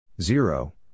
Zero